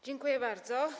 Dziękuję bardzo.